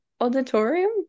auditorium